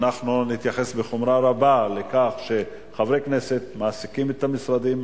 אנחנו נתייחס בחומרה רבה לכך שחברי כנסת מעסיקים את המשרדים,